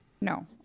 No